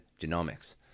genomics